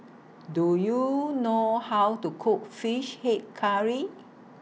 Do YOU know How to Cook Fish Head Curry